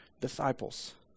Disciples